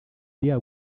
iriya